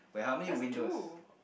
that's two